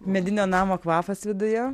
medinio namo kvapas viduje